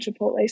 Chipotle